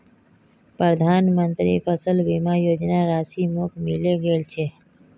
प्रधानमंत्री फसल बीमा योजनार राशि मोक मिले गेल छै